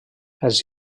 els